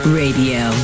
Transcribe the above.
radio